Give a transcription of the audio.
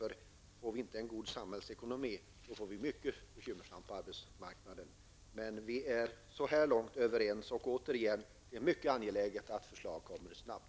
Får vi inte en god samhällsekonomi, blir det mycket bekymmersamt på arbetsmarknaden. Så här långt är vi överens och jag vill återigen säga att det är mycket angeläget att förslaget kommer snabbt.